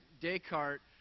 Descartes